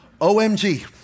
OMG